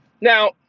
Now